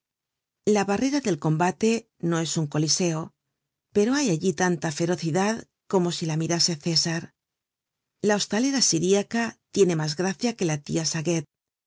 la barrera del combate no es un coliseo pero hay allí tanta ferocidad como si la mirase césar la hostalera siriaca tiene mas gracia que la tia saguet